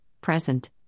present